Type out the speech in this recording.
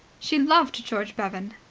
she loved george bevan,